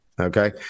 Okay